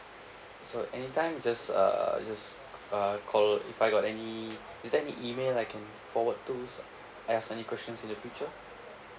so anytime just uh just uh call if I got any is there any email I can forward to ask any questions in the future